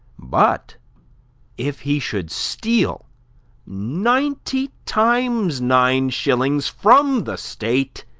but if he should steal ninety times nine shillings from the state,